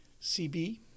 CB